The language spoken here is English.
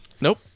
Nope